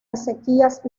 acequias